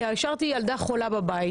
אני השארתי ילדה חולה בבית